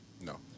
No